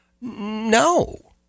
No